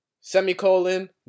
semicolon